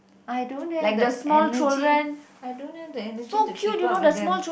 I don't have the energy I don't have the energy to keep up with them